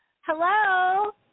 Hello